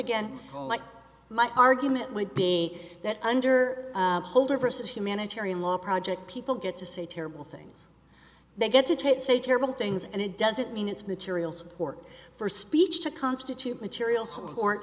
what my argument would be that under holder versus humanitarian law project people get to say terrible things they get to take say terrible things and it doesn't mean it's material support for speech to constitute material